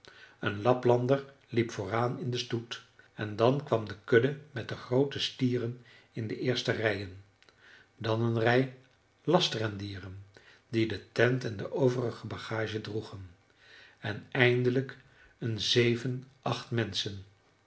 een laplander liep vooraan in den stoet en dan kwam de kudde met de groote stieren in de eerste rijen dan een rij lastrendieren die de tent en de overige bagage droegen en eindelijk een zeven acht menschen